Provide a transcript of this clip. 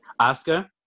Oscar